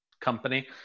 company